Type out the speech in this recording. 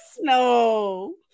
No